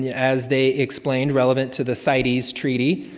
yeah as they explained, relevant to the cites treaty.